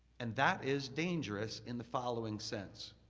and that is dangerous in the following sense.